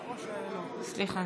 סליחה.